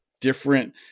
different